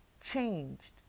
changed